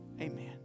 Amen